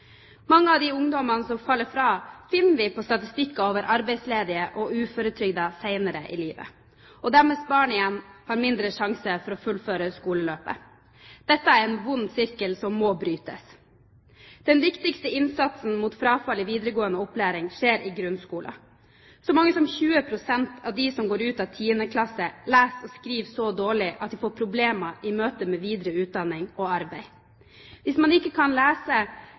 Mange av de ungdommene som faller fra, finner vi på statistikker over arbeidsledige og uføretrygdede senere i livet. Deres barn igjen har mindre sjanse for å fullføre skoleløpet. Dette er en vond sirkel som må brytes. Den viktigste innsatsen mot frafall i videregående opplæring skjer i grunnskolen. Så mange som 20 pst. av dem som går ut av 10. klasse, leser og skriver så dårlig at de får problemer i møte med videre utdanning og arbeid. Hvis man ikke kan lese